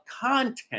content